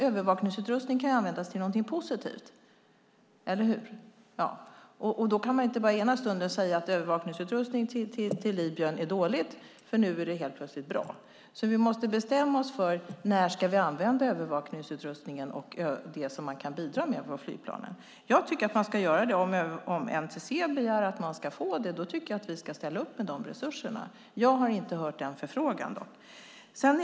Övervakningsutrustning kan ju användas till något positivt - eller hur - och då kan man inte bara den ena stunden säga att övervakningsutrustning till Libyen är dåligt, men nu är det helt plötsligt bra. Vi måste alltså bestämma oss för när vi ska använda övervakningsutrustningen och det man kan bidra med med flygplanen. Jag tycker att man ska göra det. Om NTC begär det tycker jag att vi ska ställa upp med de resurserna. Jag har dock inte hört någon sådan förfrågan.